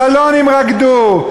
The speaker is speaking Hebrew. בסלון הם רקדו.